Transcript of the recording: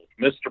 Mr